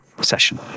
session